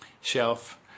shelf